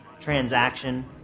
transaction